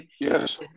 yes